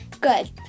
good